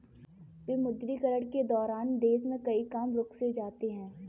विमुद्रीकरण के दौरान देश में कई काम रुक से जाते हैं